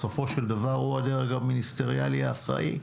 בסופו של דבר, הוא הדרג המיניסטריאלי האחראי.